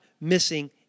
missing